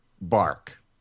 Bark